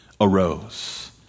arose